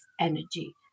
energy